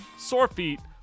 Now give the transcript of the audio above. Sorefeet